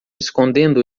escondendo